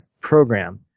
program